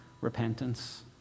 repentance